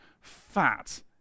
fat